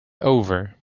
over